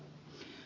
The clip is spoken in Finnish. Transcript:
muuta